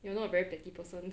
you are not very petty person